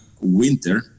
winter